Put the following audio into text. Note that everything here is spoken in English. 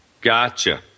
Gotcha